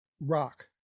rock